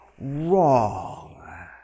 wrong